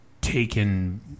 taken